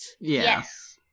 Yes